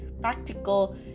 practical